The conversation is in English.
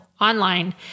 Online